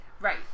right